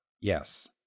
Yes